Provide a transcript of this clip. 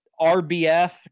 RBF